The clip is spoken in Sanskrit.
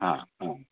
हा हा